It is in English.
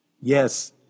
Yes